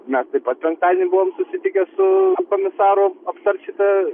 mes taip pat penktadienį buvom susitikę su komisaru aptart šitą